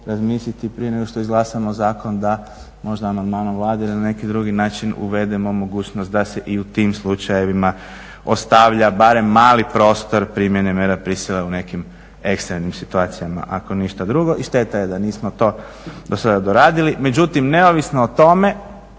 razmisliti prije nego što izglasamo zakon da možda amandmanom Vlade na neki drugi način uvedemo mogućnost da se i u tim slučajevima ostavlja barem mali prostor primjene mjera prisile u nekim ekstremnim situacijama ako ništa drugo i šteta je da nismo to do sada doradili. Međutim neovisno o tome,